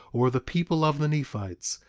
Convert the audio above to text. or the people of the nephites,